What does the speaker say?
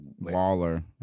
Waller